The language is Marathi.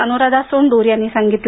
अनुराधा सोंडूर यांनी सांगितले